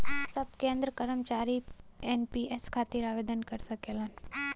सब केंद्र कर्मचारी एन.पी.एस खातिर आवेदन कर सकलन